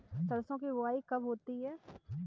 सरसों की बुआई कब होती है?